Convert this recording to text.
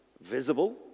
visible